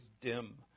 dim